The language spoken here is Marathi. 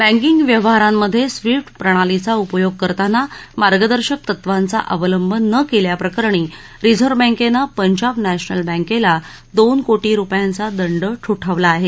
बँकींग व्यवहारमध्ये स्विफ्ट प्रणालीचा उपयोग करताना मार्गदर्शक तत्वांचा अवलंब न केल्याप्रकरणी रिझर्व्ह बँकेनं पंजाब नध्यमल बँकेला दोन कोटी रुपयांचा दंड ठोठावला आहे